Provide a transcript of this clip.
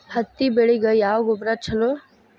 ಹತ್ತಿ ಬೆಳಿಗ ಯಾವ ಗೊಬ್ಬರ ಛಲೋ?